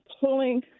pulling